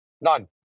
None